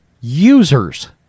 users